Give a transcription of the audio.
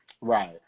right